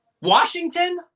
Washington